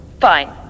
Fine